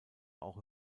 auch